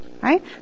right